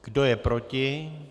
Kdo je proti?